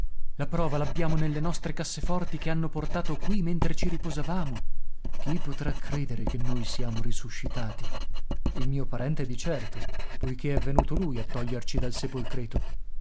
la prova l'abbiamo nelle nostre casseforti che hanno portato qui mentre ci riposavamo chi potrà credere che noi siamo risuscitati il mio parente di certo poiché è venuto lui a toglierci dal sepolcreto